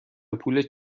پول